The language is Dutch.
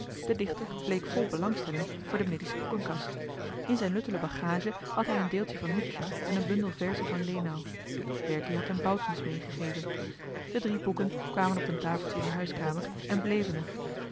de dichter bleek vol belangstelling voor de medische boekenkast in zijn luttele bagage had hij een deeltje van nietzsche en een bundel verzen van lenau berkie had hem boutens meegegeven de drie boeken kwamen op een tafeltje in de huiskamer en bleven er